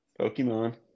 Pokemon